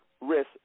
risk